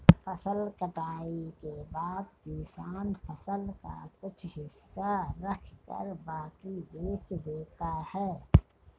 फसल कटाई के बाद किसान फसल का कुछ हिस्सा रखकर बाकी बेच देता है